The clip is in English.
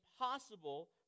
impossible